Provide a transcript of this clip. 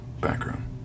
background